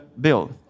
bill